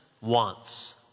wants